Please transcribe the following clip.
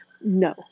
No